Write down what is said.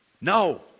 no